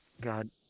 God